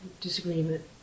disagreement